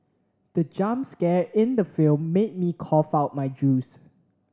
the jump scare in the film made me cough out my juice